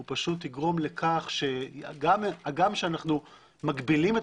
הוא יגרום לכך - הגם שאנחנו מגבילים את